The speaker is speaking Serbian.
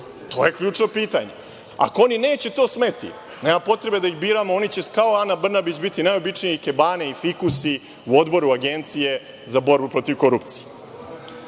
To je ključno pitanje. Ako oni neće to smeti, nema potrebe da ih biramo, oni će kao Ana Brnabić biti najobičnije ikebane i fikusi u Odboru Agencije za borbu protiv korupcije. Dakle,